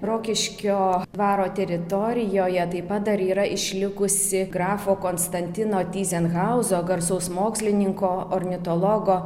rokiškio dvaro teritorijoje taip pat dar yra išlikusi grafo konstantino tyzenhauzo garsaus mokslininko ornitologo